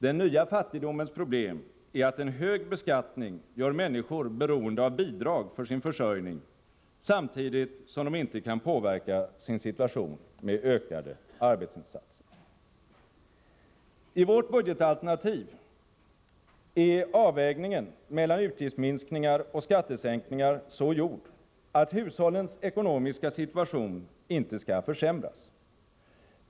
Den nya fattigdomens problem är att en hög beskattning gör människor beroende av bidrag för sin försörjning, samtidigt som de inte kan påverka sin situation med ökade arbetsinsatser. I vårt budgetalternativ är avvägningen mellan utgiftsminskningar och skattesänkningar så gjord, att hushållens ekonomiska situation inte skall försämras.